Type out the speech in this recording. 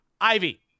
Ivy